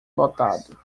lotado